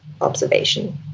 observation